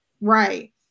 right